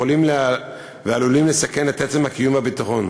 יכולים ועלולים לסכן את עצם הקיום והביטחון.